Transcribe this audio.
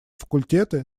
факультеты